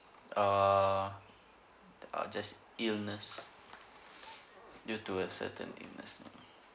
err uh just illness due to a certain illness